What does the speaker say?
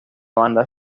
banda